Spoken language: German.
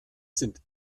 sind